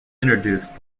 introduced